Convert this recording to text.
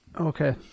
okay